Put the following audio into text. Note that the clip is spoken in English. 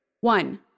One